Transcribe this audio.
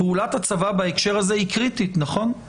פעולת הצבא בהקשר הזה היא קריטית נכון,